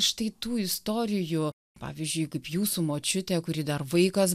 štai tų istorijų pavyzdžiui kaip jūsų močiutė kuri dar vaikas